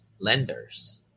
lenders